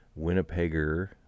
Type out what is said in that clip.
Winnipegger